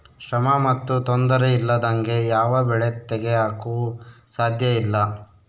ಶ್ರಮ ಮತ್ತು ತೊಂದರೆ ಇಲ್ಲದಂಗೆ ಯಾವ ಬೆಳೆ ತೆಗೆಯಾಕೂ ಸಾಧ್ಯಇಲ್ಲ